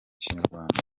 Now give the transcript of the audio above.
kinyarwanda